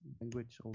language